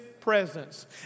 presence